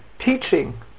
teaching